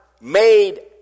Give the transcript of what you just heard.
made